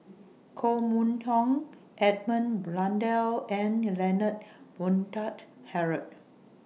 Koh Mun Hong Edmund Blundell and Leonard Montague Harrod